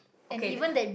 okay